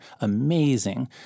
amazing